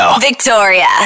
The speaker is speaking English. Victoria